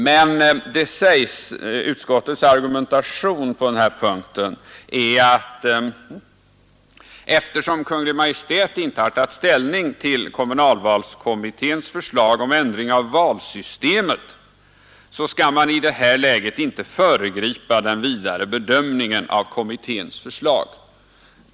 Men utskottets inte har dring av argumentation på den här punkten är, att eftersom Kungl. Ma; tagit ställning till kommunalvalskommitténs förslag om valsystemet skall man i detta läge inte föregripa den vidare bedömningen av kommitténs förslag.